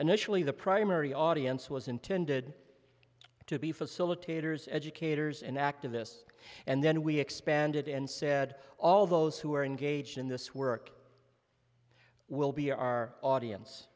nationally the primary audience was intended to be facilitators educators and activists and then we expanded and said all those who are engaged in this work will be our audience